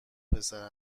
پسر